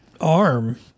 arm